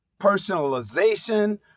personalization